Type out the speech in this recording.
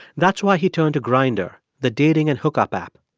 that's why he turned to grindr, the dating and hookup app.